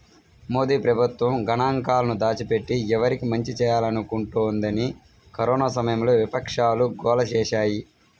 మోదీ ప్రభుత్వం గణాంకాలను దాచిపెట్టి, ఎవరికి మంచి చేయాలనుకుంటోందని కరోనా సమయంలో విపక్షాలు గోల చేశాయి